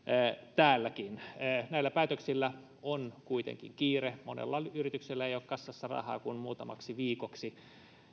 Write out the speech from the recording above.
täälläkin näillä päätöksillä on kuitenkin kiire monella yrityksellä ei ole kassassa rahaa kuin muutamaksi viikoksi